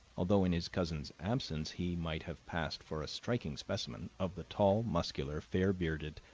although in his cousin's absence he might have passed for a striking specimen of the tall, muscular, fair-bearded,